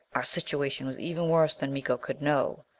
our situation was even worse than miko could know.